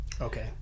Okay